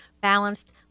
balanced